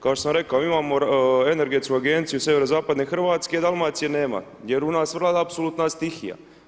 Kao što sam rekao imamo energetsku agenciju sjeverozapadne Hrvatske a Dalmacije nema jer u nas vlada apsolutna stihija.